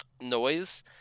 noise